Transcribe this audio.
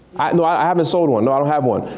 no i haven't sold one, no i don't have one.